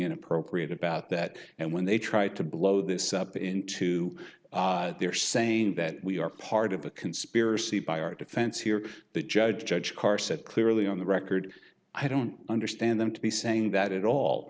inappropriate about that and when they tried to blow this up into their saying that we are part of a conspiracy by our defense here the judge judge carr said clearly on the record i don't understand them to be saying that at all